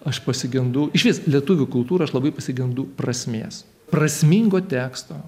aš pasigendu išvis lietuvių kultūroj aš labai pasigendu prasmės prasmingo teksto